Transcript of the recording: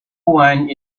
wine